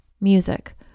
music